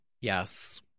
yes